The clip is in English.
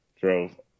drove